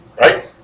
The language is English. Right